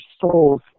soul's